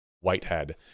Whitehead